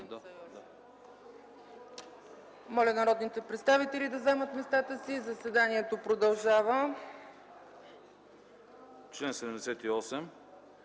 Моля народните представители да заемат местата си, заседанието продължава.